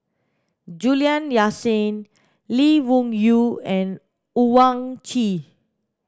Juliana Yasin Lee Wung Yew and Owyang Chi